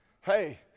Hey